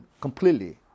completely